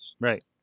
right